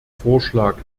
vorschlag